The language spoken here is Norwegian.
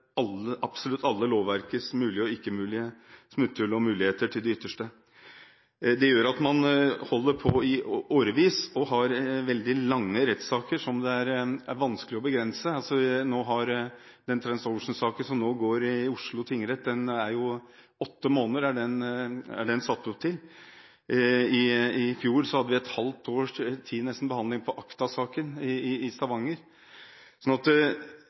lovverkets mulige og ikke mulige smutthull og muligheter til det ytterste. Det gjør at man holder på i årevis – og har veldig lange rettssaker som det er vanskelig å begrense. Den Transocean-saken som nå pågår i Oslo tingrett, er satt opp til åtte måneder. I fjor brukte man nesten et halvt år på å behandle Acta-saken i Stavanger. Spørsmålene er: Hvordan kan man få ressursene i Økokrim til å matche det? Når vil den gjennomgangen man varsler i